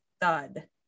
thud